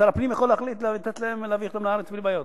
שר הפנים יכול להחליט להביא אותם לארץ בלי בעיות.